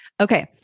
Okay